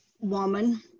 woman